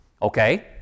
Okay